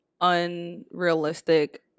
unrealistic